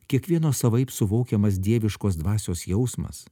kiekvieno savaip suvokiamas dieviškos dvasios jausmas